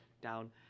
down